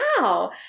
wow